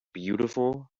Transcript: beautiful